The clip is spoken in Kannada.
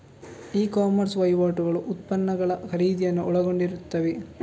ಇ ಕಾಮರ್ಸ್ ವಹಿವಾಟುಗಳು ಉತ್ಪನ್ನಗಳ ಖರೀದಿಯನ್ನು ಒಳಗೊಂಡಿರುತ್ತವೆ